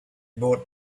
bought